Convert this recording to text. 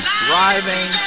driving